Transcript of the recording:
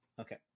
Okay